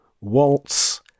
Waltz